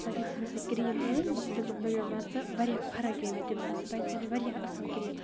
پَتہٕ یُتھُے مےٚ سۄ کِرٛیٖم أنۍ سُہ گوٚو مےٚ مان ژٕ واریاہ فرق گٔے تمہِ سۭتۍ سُہ باسے مےٚ واریاہ اَصٕل کِرٛیٖم